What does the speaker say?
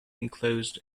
enclosed